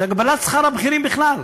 עוסק בהגבלת שכר הבכירים בכלל.